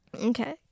Okay